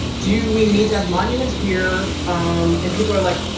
do we need to have monuments here? um and people are like,